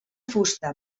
fusta